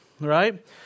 right